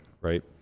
right